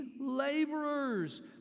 laborers